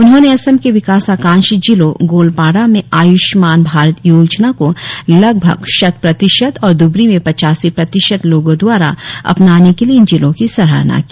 उन्होंने असम के विकास आकांक्षी जिलों गोलपारा में आय्ष्मान भारत योजना को लगभग शतप्रतिशत और ध्बरी में पचासी प्रतिशत लोगों द्वारा अपनाने के लिए इन जिलों की सराहना की